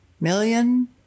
million